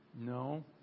No